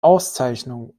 auszeichnungen